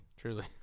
Truly